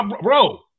Bro